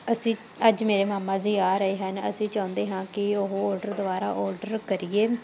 ਅਸੀਂ ਅੱਜ ਮੇਰੇ ਮਾਮਾ ਜੀ ਆ ਰਹੇ ਹਨ ਅਸੀਂ ਚਾਹੁੰਦੇ ਹਾਂ ਕੀ ਉਹ ਔਡਰ ਦੁਬਾਰਾ ਔਡਰ ਕਰੀਏ